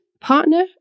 partner